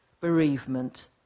bereavement